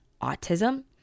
autism